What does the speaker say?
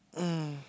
mm